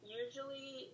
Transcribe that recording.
usually